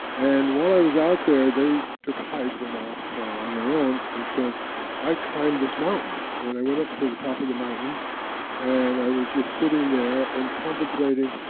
and while i was out there they took a hike, went off on their own. and so i climbed this mountain. and i went up to the top of this mountain and i was just sitting there and contemplating,